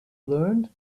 learned